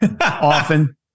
often